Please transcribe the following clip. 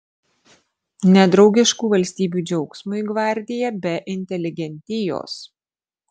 nedraugiškų valstybių džiaugsmui gvardija be inteligentijos